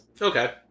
Okay